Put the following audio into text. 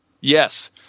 Yes